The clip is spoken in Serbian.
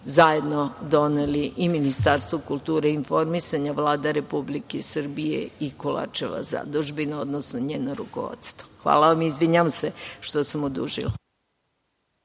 zajedno doneli i Ministarstvo kulture i informisanja, Vlada Republike Srbije i Kolarčeva zadužbina, odnosno rukovodstvo. Hvala i izvinjavam se što sam odužila.